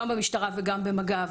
גם במשטרה וגם במג"ב,